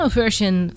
version